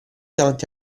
davanti